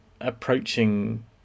approaching